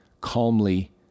calmly